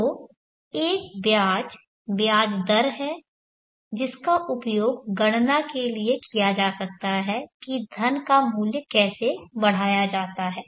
तो एक ब्याज ब्याज दर है जिसका उपयोग गणना के लिए किया जा सकता है कि धन का मूल्य कैसे बढ़ाया जाता है